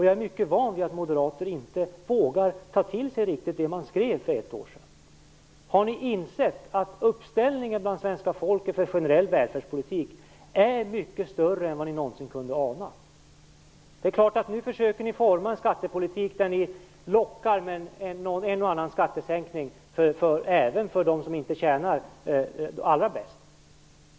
Jag är mycket van vid att Moderaterna inte vågar ta till sig riktigt det man skrev för ett år sedan. Har ni insett att uppställningen bland svenska folket för en generell välfärdspolitik är mycket större än ni någonsin kunde ana? Nu försöker ni forma en skattepolitik där ni lockar med en och annan skattesänkning även för dem som inte tjänar allra mest.